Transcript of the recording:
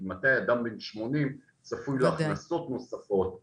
אם אתה אדם בן שמונים צפוי להכנסות נוספות,